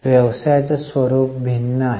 व्यवसायाचे स्वरूप भिन्न आहे